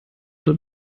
dort